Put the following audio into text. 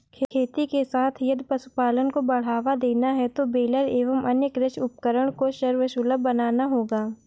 खेती के साथ यदि पशुपालन को बढ़ावा देना है तो बेलर एवं अन्य कृषि उपकरण को सर्वसुलभ बनाना होगा